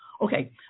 Okay